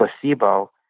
placebo